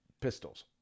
pistols